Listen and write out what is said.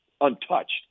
untouched